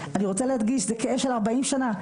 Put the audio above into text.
אני רוצה להדגיש, זה כאב של ארבעים שנה.